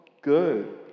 Good